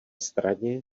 straně